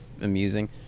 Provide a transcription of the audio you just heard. amusing